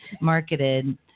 marketed